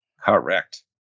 Correct